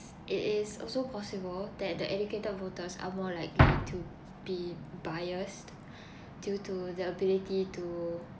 it is also possible that the educated voters are more likely to be biased due to the ability to